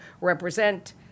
represent